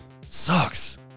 Sucks